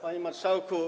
Panie Marszałku!